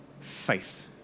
faith